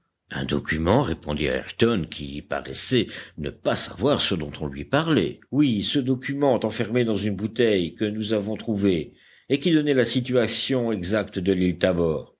un document répondit ayrton qui paraissait ne pas savoir ce dont on lui parlait oui ce document enfermé dans une bouteille que nous avons trouvé et qui donnait la situation exacte de